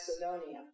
Macedonia